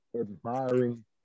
admiring